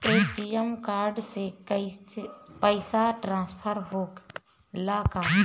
ATM card से पैसा transfer होला का?